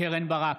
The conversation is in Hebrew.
קרן ברק,